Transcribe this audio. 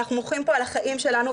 אנחנו מוחים פה על החיים שלנו,